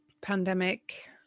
pandemic